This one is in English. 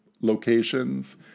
locations